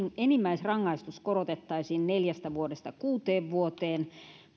enimmäisrangaistus korotettaisiin neljästä vuodesta kuuteen vuoteen